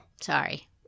Sorry